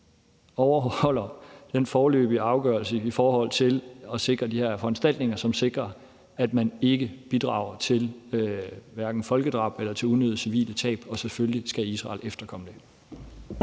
overholde den foreløbige afgørelse i forhold til at sikre de her foranstaltninger, som sikrer, at man ikke bidrager til folkedrab eller til unødige civile tab, og selvfølgelig skal Israel efterkomme det.